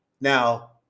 Now